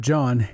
John